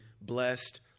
blessed